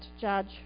judge